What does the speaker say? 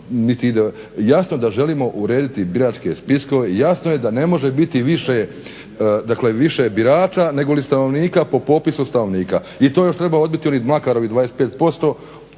jasno da želimo urediti biračke spiskove i jasno je da ne može biti više, dakle više birača negoli stanovnika po popisu stanovnika i to još treba odbiti od onih Mlakarovih 25%